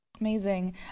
Amazing